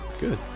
good